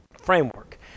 Framework